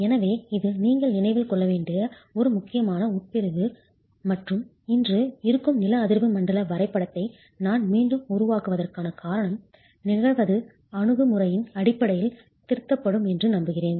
எனவே இது நீங்கள் நினைவில் கொள்ள வேண்டிய ஒரு முக்கியமான உட்பிரிவு மற்றும் இன்று இருக்கும் நில அதிர்வு மண்டல வரைபடத்தை நான் மீண்டும் உருவாக்குவதற்கான காரணம் நிகழ்தகவு அணுகுமுறையின் அடிப்படையில் திருத்தப்படும் என்று நம்புகிறேன்